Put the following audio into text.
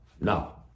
no